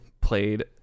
played